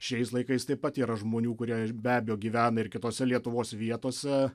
šiais laikais taip pat yra žmonių kurie be abejo gyvena ir kitose lietuvos vietose